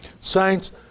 Saints